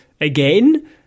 again